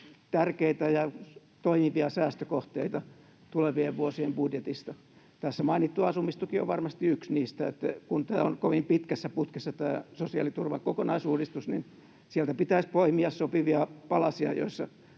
tärkeitä ja toimivia säästökohteita tulevien vuosien budjetista. Tässä mainittu asumistuki on varmasti yksi niistä. Kun tämä sosiaaliturvan kokonaisuudistus on kovin pitkässä putkessa, niin sieltä pitäisi poimia sopivia palasia, joissa